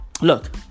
look